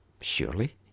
Surely